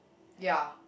ya